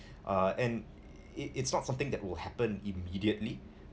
uh and it it's not something that will happen immediately